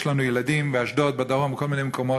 יש לנו ילדים באשדוד, בדרום, בכל מיני מקומות.